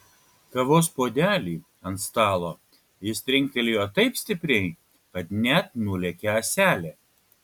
kavos puodelį ant stalo jis trinktelėjo taip stipriai kad net nulėkė ąselė